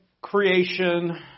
creation